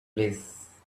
place